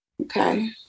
okay